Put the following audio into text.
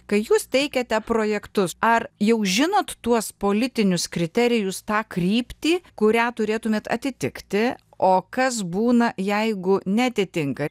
kai jūs teikiate projektus ar jau žinot tuos politinius kriterijus tą kryptį kurią turėtumėt atitikti o kas būna jeigu neatitinka